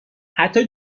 حتی